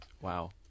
Wow